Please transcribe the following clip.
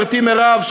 חברתי מירב,